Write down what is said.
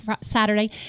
saturday